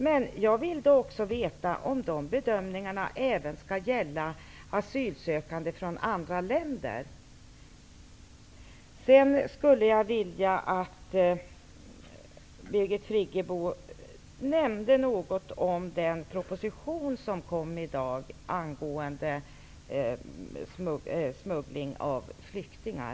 Men jag vill också veta om de bedömningarna skall gälla även asylsökande från andra länder. Sedan skulle jag vilja att Birgit Friggebo nämnde något om den proposition som kom i dag angående smuggling av flyktingar.